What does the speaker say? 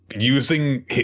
using